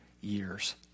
years